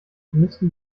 müssten